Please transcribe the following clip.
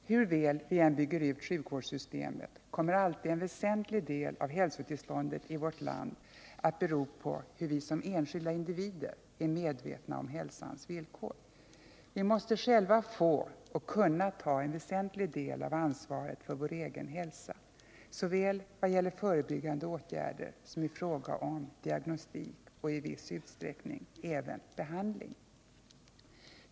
Hur väl vi än bygger ut sjukvårdssystemet kommer alltid en väsentlig del av hälsotillståndet i vårt land att bero på hur vi som enskilda individer är medvetna om hälsans villkor. Vi måste själva få och kunna ta en väsentlig del av ansvaret för vår egen hälsa, såväl vad gäller förebyggande åtgärder som i fråga om diagnostik och — i viss utsträckning — även behandling.